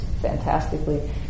fantastically